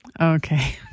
Okay